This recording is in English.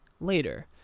later